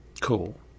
Cool